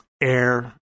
air